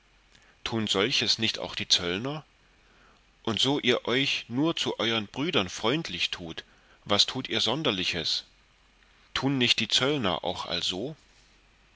tun solches nicht auch die zöllner und so ihr euch nur zu eueren brüdern freundlich tut was tut ihr sonderliches tun nicht die zöllner auch also